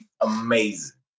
amazing